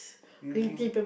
you drink